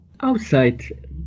outside